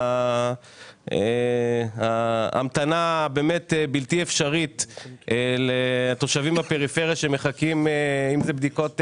את ההמתנה הבאמת בלתי אפשרית של תושבים בפריפריה לבדיקות MRI,